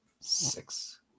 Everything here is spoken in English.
Six